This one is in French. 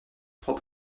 trois